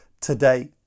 today